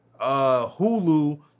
Hulu